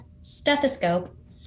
stethoscope